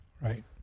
Right